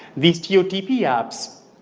these totp apps,